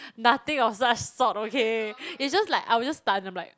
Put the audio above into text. nothing of such sort okay is just like I was just stunned I'm like